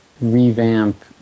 revamp